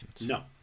No